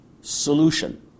solution